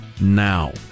now